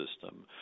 system